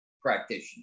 practitioner